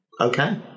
okay